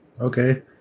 Okay